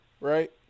right